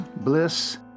bliss